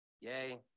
Yay